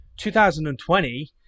2020